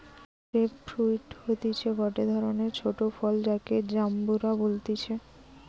grape fruit হতিছে গটে ধরণের ছোট ফল যাকে জাম্বুরা বলতিছে